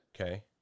okay